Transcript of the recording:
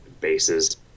bases